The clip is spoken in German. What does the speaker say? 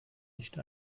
nicht